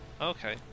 Okay